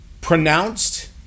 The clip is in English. pronounced